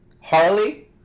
Harley